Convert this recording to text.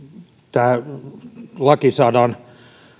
tämä laki saadaan